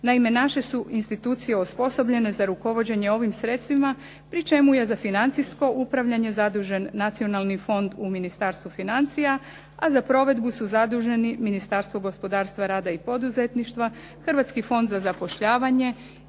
Naime, naše su institucije osposobljene za rukovođenje ovim sredstvima pri čemu je za financijsko upravljanje zadužen Nacionalni fond u Ministarstvu financija a za provedbu su zaduženi Ministarstvo gospodarstva, rada i poduzetništva, Hrvatski fond za zapošljavanje